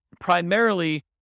primarily